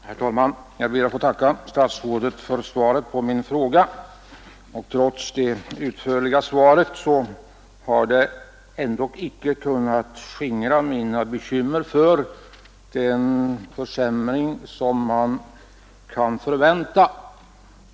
Herr talman! Jag ber att få tacka statsrådet för svaret på min fråga, men trots svarets utförlighet har det ändock inte kunnat skingra mina bekymmer för den försämring som man kan förvänta.